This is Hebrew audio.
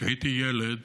כשהייתי ילד